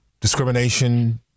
discrimination